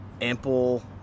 ample